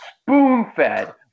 spoon-fed